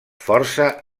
força